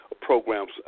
programs